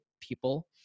people